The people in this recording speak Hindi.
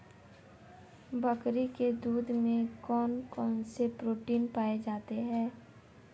बकरी के दूध में कौन कौनसे प्रोटीन पाए जाते हैं?